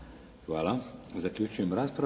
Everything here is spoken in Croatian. Hvala. Zaključujem raspravu.